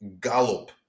gallop